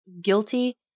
guilty